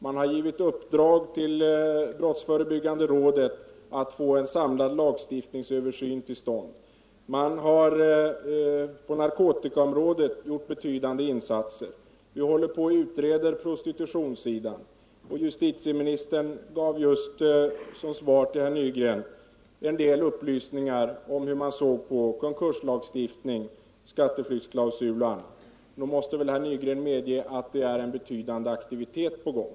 Den har givit brottsförebyggande rådet i uppdrag att få till stånd en samlad lagstiftningsöversyn. Den har på narkotikaområdet gjort betydande insatser. Prostitutionen utreds. Och justitieministern gav just Arne Nygren en del upplysningar om hur man ser på konkurslagstiftningen, skatteflyktsklausulen osv. Nog måste väl Arne Nygren medge att det är en betydande aktivitet på gång.